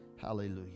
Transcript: Hallelujah